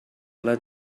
let